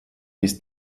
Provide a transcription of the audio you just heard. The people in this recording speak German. bis